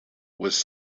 was